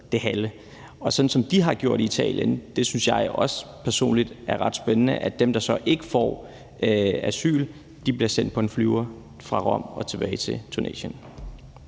det halve. Det, som de har gjort i Italien, synes jeg personligt er ret spændende, hvor dem, der så ikke får asyl, bliver sendt på en flyver fra Rom og tilbage til Tunesien.